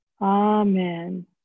Amen